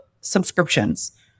subscriptions